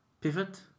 Pivot